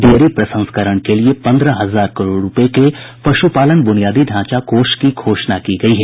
dairy प्रसंस्करण के लिए पंद्रह हजार करोड़ रूपये के पशुपालन बुनियादी ढांचा कोष की घोषणा की गई है